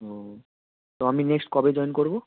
ও তো আমি নেক্সট কবে জয়েন করবো